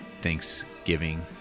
Thanksgiving